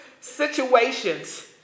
situations